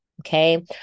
Okay